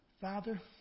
Father